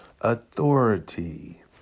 authority